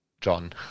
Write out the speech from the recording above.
john